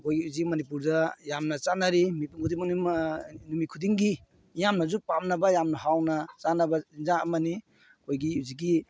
ꯑꯩꯈꯣꯏ ꯍꯧꯖꯤꯛ ꯃꯅꯤꯄꯨꯔꯗ ꯌꯥꯝꯅ ꯆꯥꯅꯔꯤ ꯃꯤꯄꯨꯝ ꯈꯨꯗꯤꯡꯃꯛꯅ ꯅꯨꯃꯤꯠ ꯈꯨꯗꯤꯡꯒꯤ ꯃꯤꯌꯥꯝꯅꯁꯨ ꯄꯥꯝꯅꯕ ꯌꯥꯝꯅ ꯍꯥꯎꯅ ꯆꯥꯅꯕ ꯆꯤꯟꯖꯥꯛ ꯑꯃꯅꯤ ꯑꯩꯈꯣꯏꯒꯤ ꯍꯧꯖꯤꯛꯀꯤ